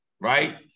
right